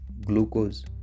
glucose